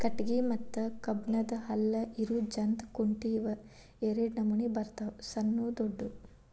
ಕಟಗಿ ಮತ್ತ ಕಬ್ಬನ್ದ್ ಹಲ್ಲ ಇರು ಜಂತ್ ಕುಂಟಿ ಇವ ಎರಡ ನಮೋನಿ ಬರ್ತಾವ ಸಣ್ಣು ದೊಡ್ಡು